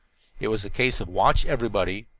it was a case of watch everybody,